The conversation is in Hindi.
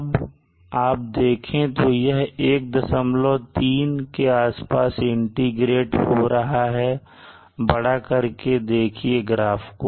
अब आप देखें तो यह 13 के आसपास इंटीग्रेट हो रहा है बड़ा करके देखिए ग्राफ को